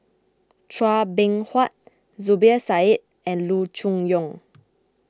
Chua Beng Huat Zubir Said and Loo Choon Yong